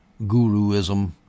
guruism